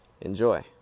Enjoy